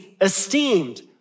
esteemed